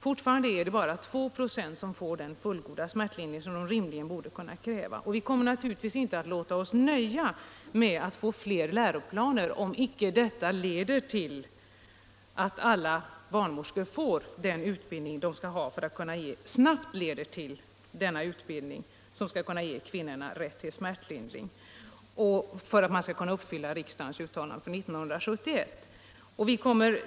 Fortfarande är det dock bara 2 96 som får den fullgoda smärtlindring som alla rimligen borde kunna kräva. Vi kommer naturligtvis inte att låta oss nöja med att få fler läroplaner, om icke detta snabbt leder till att alla barnmorskor får den utbildning de skall ha för att kunna ge kvinnorna smärtlindring, så att man skall kunna fullfölja riksdagens uttalande från år 1971.